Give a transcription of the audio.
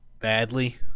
Badly